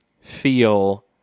feel